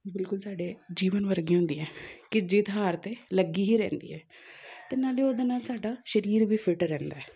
ਬਿਲਕੁਲ ਸਾਡੇ ਜੀਵਨ ਵਰਗੀਆਂ ਹੁੰਦੀਆਂ ਕਿ ਜਿੱਤ ਹਾਰ ਤਾਂ ਲੱਗੀ ਹੀ ਰਹਿੰਦੀ ਹੈ ਅਤੇ ਨਾਲੇ ਉਹਦੇ ਨਾਲ ਸਾਡਾ ਸਰੀਰ ਵੀ ਫਿੱਟ ਰਹਿੰਦਾ